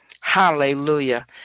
Hallelujah